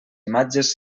imatges